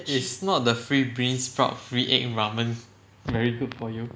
it's not the free egg free bean sprout ramen very good for you